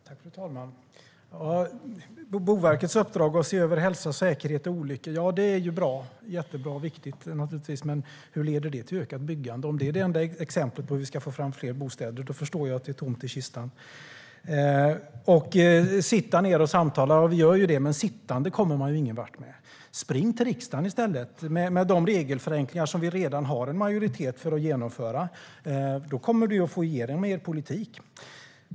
Fru talman! När det gäller Boverkets uppdrag att se över hälsa, säkerhet och olyckor är det naturligtvis jättebra och viktigt. Men hur leder det till ökat byggande? Om det är det enda exemplet på hur vi ska få fram fler bostäder förstår jag att det är tomt i kistan. När det gäller att sitta ned och samtala gör vi ju det, men sittande kommer man ingenvart med. Spring i stället till riksdagen med de regelförenklingar vi redan har en majoritet för att genomföra! Då kommer ni ju att få igenom er politik.